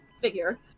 figure